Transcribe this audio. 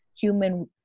human